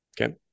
Okay